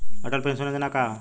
Atal pension Yojana का ह?